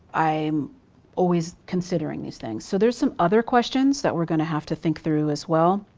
i'm always considering these things. so there's some other questions that we're gonna have to think through as well.